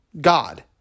God